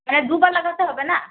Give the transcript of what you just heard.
হ্যাঁ দুবেলা খেতে হবে না